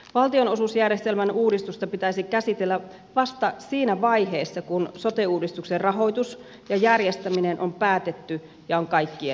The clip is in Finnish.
valtionosuusjärjestelmän uudistusta pitäisi käsitellä vasta siinä vaiheessa kun sote uudistuksen rahoitus ja järjestäminen on päätetty ja on kaikkien tiedossa